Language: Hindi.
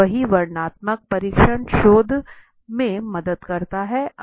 यही वर्णनात्मक परीक्षण शोध में मदद करता है